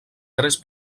tres